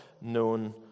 known